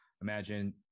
imagine